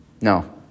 no